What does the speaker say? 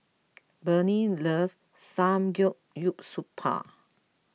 Brittney loves Samgeyopsal